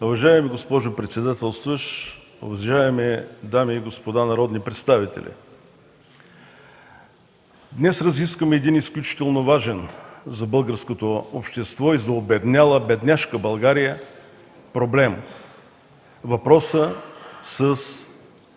уважаеми господин министър, уважаеми колеги народни представители! Днес разискваме един изключително важен за българското общество и за обедняла, бедняшка България проблем – въпроса с